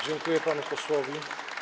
Dziękuję panu posłowi.